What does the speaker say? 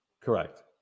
Correct